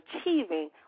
achieving